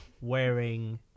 wearing